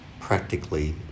practically